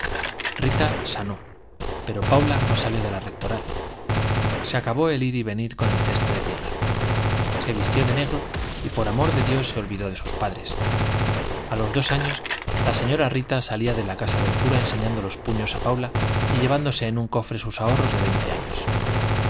rita sanó pero paula no salió de la rectoral se acabó el ir y venir con el cesto de tierra se vistió de negro y por amor de dios se olvidó de sus padres a los dos años la señora rita salía de la casa del cura enseñando los puños a paula y llevándose en un cofre sus ahorros de veinte años